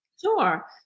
Sure